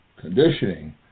conditioning